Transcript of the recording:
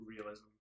realism